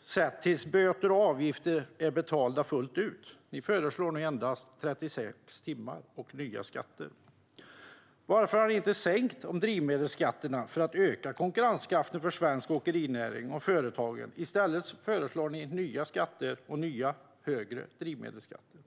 sätt tills böter och avgifter är betalda fullt ut? Ni föreslår nu endast 36 timmar och nya skatter. Varför har ni inte sänkt drivmedelsskatterna för att öka konkurrenskraften för svensk åkerinäring och företagen? I stället föreslår ni nya och högre drivmedelsskatter.